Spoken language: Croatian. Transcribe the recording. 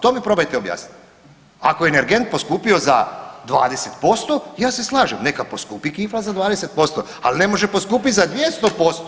To mi probajte objasniti ako je energent poskupio za 20% ja se slažem neka poskupi kifla za 20%, ali ne može poskupiti za 200%